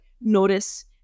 notice